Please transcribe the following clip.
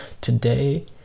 Today